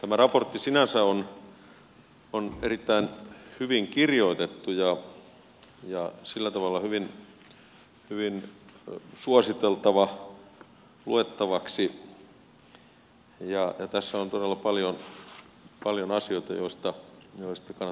tämä raportti sinänsä on erittäin hyvin kirjoitettu ja sillä tavalla hyvin suositeltava luettavaksi ja tässä on todella paljon asioita joista kannattaa ottaa opiksi